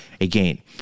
Again